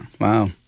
Wow